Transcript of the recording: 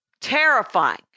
terrifying